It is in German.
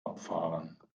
abfahren